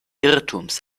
irrtums